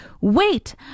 wait